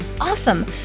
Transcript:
awesome